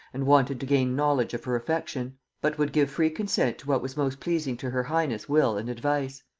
and wanted to gain knowledge of her affection but would give free consent to what was most pleasing to her highness will and advice.